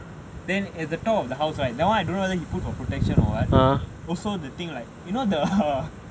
then at the top of the house right don't know if he put for protective or [what] also the thing like you know the !huh!